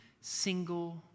single